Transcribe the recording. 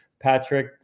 Patrick